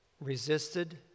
resisted